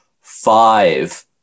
five